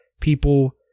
people